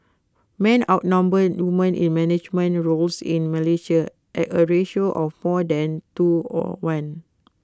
men outnumber women in management roles in Malaysia at A ratio of more than two or one